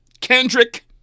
Kendrick